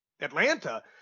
Atlanta